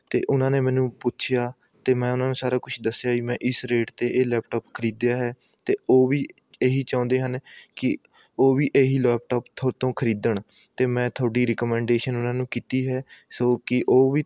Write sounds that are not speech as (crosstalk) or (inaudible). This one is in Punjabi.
ਅਤੇ ਉਹਨਾਂ ਨੇ ਮੈਨੂੰ ਪੁੱਛਿਆ ਅਤੇ ਮੈਂ ਉਹਨਾਂ ਨੂੰ ਸਾਰਾ ਕੁਛ ਦੱਸਿਆ ਵੀ ਮੈਂ ਇਸ ਰੇਟ 'ਤੇ ਇਹ ਲੈਪਟੋਪ ਖਰੀਦਿਆ ਹੈ ਅਤੇ ਉਹ ਵੀ ਇਹ ਚਾਹੁੰਦੇ ਹਨ ਕਿ ਉਹ ਵੀ ਇਹ ਲੈਪਟੋਪ (unintelligible) ਤੋਂ ਖਰੀਦਣ ਅਤੇ ਮੈਂ ਤੁਹਾਡੀ ਰਿਕਮੈਂਡੇਸ਼ਨ ਉਹਨਾਂ ਨੂੰ ਕੀਤੀ ਹੈ ਸੋ ਕਿ ਉਹ ਵੀ